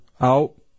out